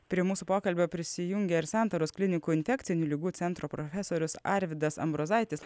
prie mūsų pokalbio prisijungė ir santaros klinikų infekcinių ligų centro profesorius arvydas ambrozaitis